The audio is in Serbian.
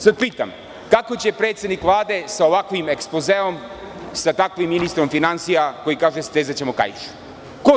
Sad pitam – kako će predsednik Vlade sa ovakvim ekspozeom, sa takvim ministrom finansija koji kaže da ćemo stezati kaiš.